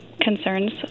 concerns